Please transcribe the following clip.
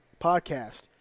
Podcast